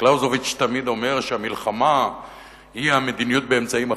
קלאוזביץ תמיד אומר שהמלחמה היא המדיניות באמצעים אחרים,